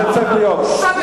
בושה וחרפה.